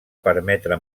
permetre